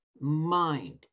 mind